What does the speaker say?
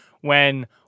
when-